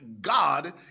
God